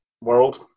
world